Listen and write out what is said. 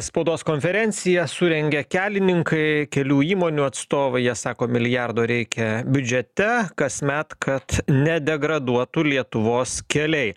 spaudos konferenciją surengė kelininkai kelių įmonių atstovai jie sako milijardo reikia biudžete kasmet kad nedegraduotų lietuvos keliai